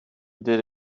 did